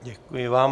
Děkuji vám.